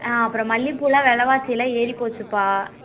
அப்புறம் மல்லிகைப்பூலாம் வெலைவாசி எல்லாம் ஏறிப்போச்சுப்பா